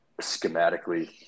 schematically